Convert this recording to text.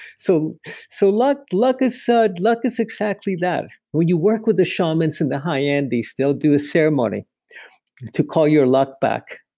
so so luck luck is said luck is exactly that. when you work with the shamans in the high end, they still do a ceremony to call your luck back.